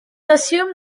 assumed